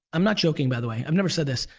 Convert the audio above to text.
i'm not joking by the way, i've never said this.